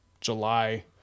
July